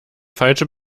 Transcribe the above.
falsche